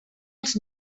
els